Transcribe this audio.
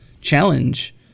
challenge